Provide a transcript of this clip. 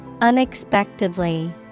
Unexpectedly